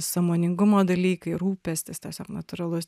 sąmoningumo dalykai rūpestis tiesiog natūralus